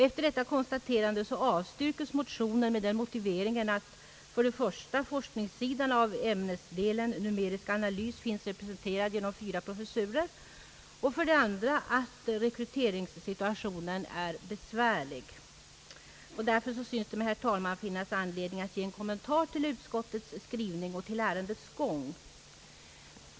Efter detta konstaterande avstyrkes motionen med den motiveringen att, för det första, forskningssidan av ämnesdelen numerisk analys finns representerad genom fyra professurer och, för det andra, rekryteringssituationen är besvärlig. Det synes mig därför, herr talman, finnas anledning att ge en kommentar till utskottets skrivning och till ärendets gång.